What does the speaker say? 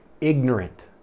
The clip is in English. ignorant